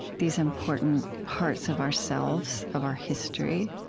these important parts of ourselves, of our history,